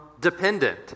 dependent